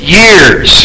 years